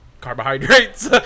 carbohydrates